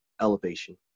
elevation